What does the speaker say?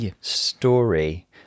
story